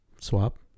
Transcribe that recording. Swap